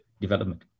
development